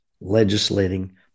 legislating